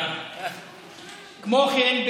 כמו כן,